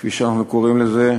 כפי שאנחנו קוראים לזה,